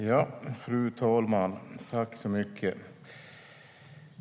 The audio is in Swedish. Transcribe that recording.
Fru talman!